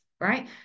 Right